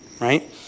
right